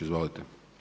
Izvolite.